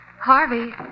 Harvey